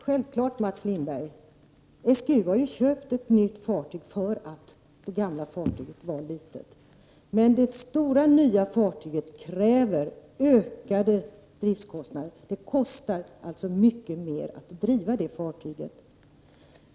Herr talman! SGU har självfallet köpt ett nytt fartyg därför att man ansåg att det gamla var för litet. Men det nya stora fartyget för med sig ökade driftskostnader. Driften av det nya fartyget kostar alltså mycket mera.